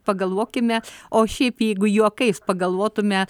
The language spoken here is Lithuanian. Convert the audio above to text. pagalvokime o šiaip jeigu juokais pagalvotume